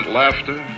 laughter